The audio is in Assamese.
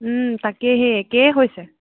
তাকেহে একেই হৈছে